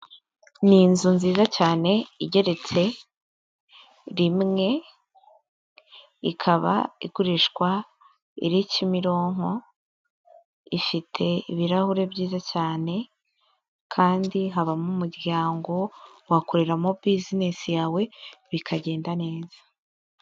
Ni inzu nziza cyane igeretse rimwe, ikaba igurishwa, iri Kimironko, ifite ibirahuri byiza cyane kandi habamo umuryango, wakoreramo bizinesi yawe bikagenda neza.